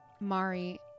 Mari